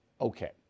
Okay